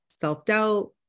self-doubt